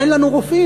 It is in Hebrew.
אין לנו רופאים.